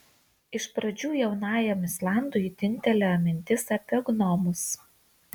iš pradžių jaunajam islandui dingtelėjo mintis apie gnomus